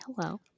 hello